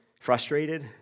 frustrated